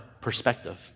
perspective